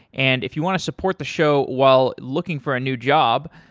and if you want to support the show while looking for a new job,